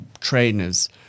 trainers